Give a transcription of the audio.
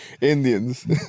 Indians